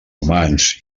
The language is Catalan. humans